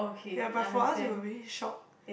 ya but for us we were really shocked